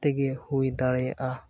ᱠᱟᱛᱮ ᱜᱮ ᱦᱩᱭ ᱫᱟᱲᱮᱭᱟᱜᱼᱟ